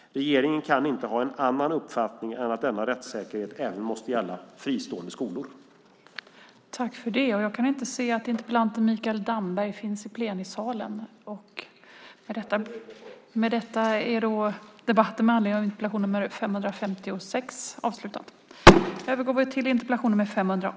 Regeringen kan inte ha en annan uppfattning än att denna rättssäkerhet även måste gälla fristående skolor. Tredje vice talmannen konstaterade att interpellanten inte var närvarande i kammaren och förklarade överläggningen avslutad.